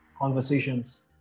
conversations